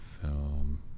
film